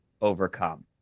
overcome